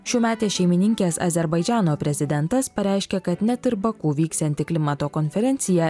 šiųmetės šeimininkės azerbaidžano prezidentas pareiškė kad net ir baku vyksianti klimato konferencija